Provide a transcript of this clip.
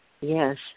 yes